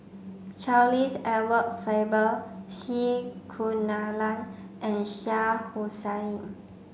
Charles Edward Faber C Kunalan and Shah Hussain